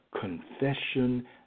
confession